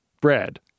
Bread